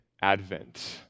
Advent